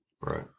Right